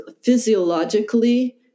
physiologically